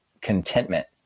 contentment